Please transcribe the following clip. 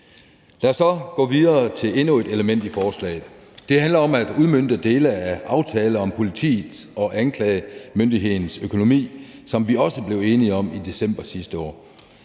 Lad os så gå videre til endnu et element i forslaget. Det handler om at udmønte dele af aftalen om politiets og anklagemyndighedens økonomi, som vi også blev enige om i december sidste år.